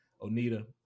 Onita